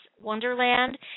Wonderland